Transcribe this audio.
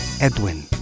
Edwin